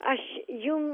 aš jum